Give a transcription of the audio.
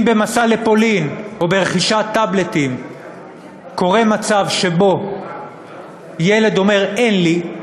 אם במסע לפולין או ברכישת טאבלטים קורה שילד אומר "אין לי",